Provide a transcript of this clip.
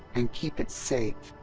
and keep it safe.